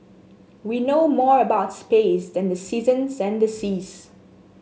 we know more about space than the seasons and the seas